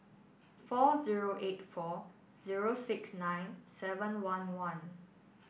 four zero eight four zero six nine seven one one